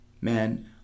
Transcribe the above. man